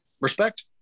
Respect